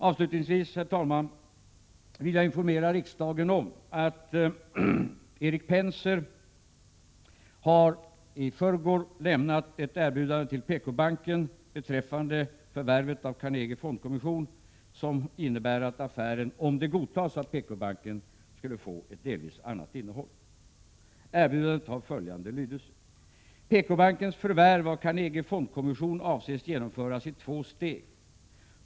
Avslutningsvis vill jag, herr talman, informera riksdagen om att Erik Penser i förrgår lämnade ett erbjudande till PKbanken beträffande förvärvet av Carnegie Fondkommission som innebär att affären, om den godtas av PKbanken, skulle få ett delvis annat innehåll. Erbjudandet har följande lydelse: PKbankens förvärv av Carnegie Fondkommission avses genomföras i två steg.